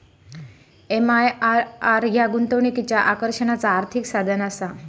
MIRR ह्या गुंतवणुकीच्या आकर्षणाचा आर्थिक साधनआसा